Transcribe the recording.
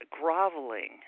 groveling